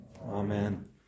Amen